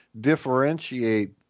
differentiate